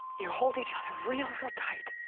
you hold each other real, real tight